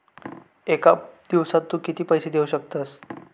एका दिवसात तू किती पैसे देऊ शकतस?